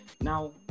Now